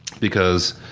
because